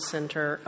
Center